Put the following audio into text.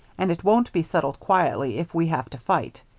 and it won't be settled quietly if we have to fight.